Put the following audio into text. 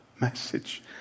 message